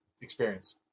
experience